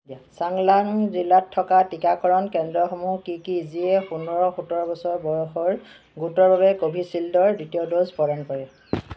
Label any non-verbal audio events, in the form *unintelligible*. *unintelligible* চাংলাং জিলাত থকা টীকাকৰণ কেন্দ্ৰসমূহ কি কি যিয়ে পোন্ধৰ সোতৰ বছৰ বয়সৰ গোটৰ বাবে কোভিচিল্ডৰ দ্বিতীয় ড'জ প্ৰদান কৰে